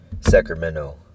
Sacramento